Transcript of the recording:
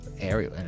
area